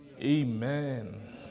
Amen